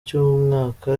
cy’umwaka